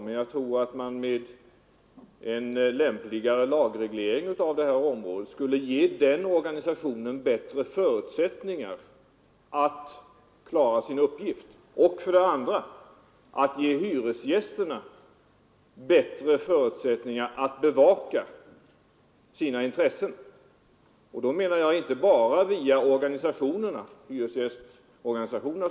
Men jag tror att man med en lämpligare lagreglering av detta område för det första skulle ge den organisationen bättre förutsättningar att klara sin uppgift. För det andra skulle man ge hyresgästerna bättre möjligheter att bevaka sina intressen, inte bara via hyresgästorganisationerna.